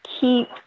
keep